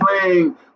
playing